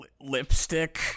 lipstick